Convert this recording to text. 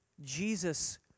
Jesus